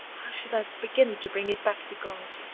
should i begin to bring it back to god?